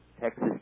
Texas